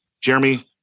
Jeremy